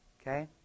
Okay